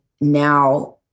now